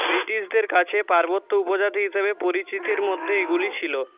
ব্রিটিশদের কাছে পার্বত্য উপজাতি হিসেবে পরিচিতির মধ্যে এগুলি ছিল